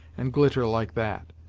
and glitter like that.